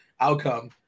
outcome